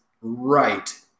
right